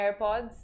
airpods